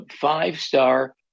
five-star